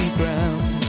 ground